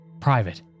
Private